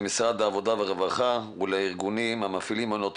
למשרד העבודה והרווחה ולארגונים המפעילים את מעונות